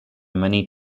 many